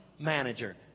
manager